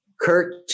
Kurt